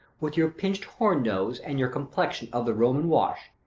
with your pinch'd-horn-nose, and your complexion of the roman wash,